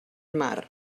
mar